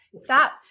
Stop